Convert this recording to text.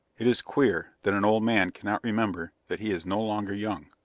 it is queer that an old man cannot remember that he is no longer young.